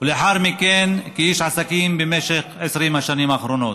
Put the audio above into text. ולאחר מכן איש עסקים, במשך 20 השנים האחרונות,